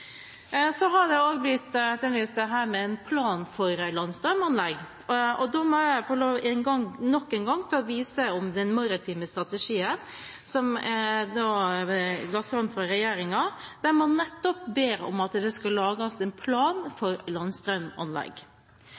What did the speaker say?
Det har også blitt etterlyst en plan for landstrømanlegg. Da må jeg nok en gang få lov til å vise til den maritime strategien som er lagt fram fra regjeringen. Der ber man nettopp om at det skal lages en plan for landstrømanlegg.